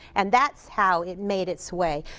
and that's how it made its way.